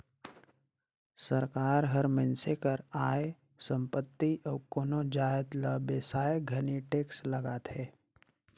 सरकार हर मइनसे कर आय, संपत्ति अउ कोनो जाएत ल बेसाए घनी टेक्स लगाथे